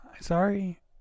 sorry